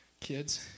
kids